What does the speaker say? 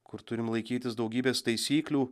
kur turim laikytis daugybės taisyklių